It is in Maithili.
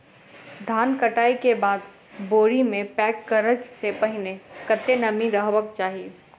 धान कटाई केँ बाद बोरी मे पैक करऽ सँ पहिने कत्ते नमी रहक चाहि?